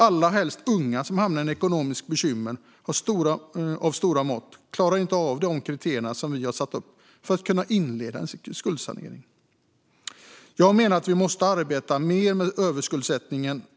Allra helst unga med ekonomiska bekymmer av stora mått kan inte möta de kriterier som vi har satt upp för att skuldsanering ska kunna inledas. Jag menar att vi måste arbeta mer med överskuldsättningen.